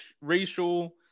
racial